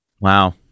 wow